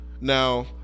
now